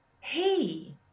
hey